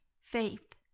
faith